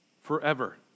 Forever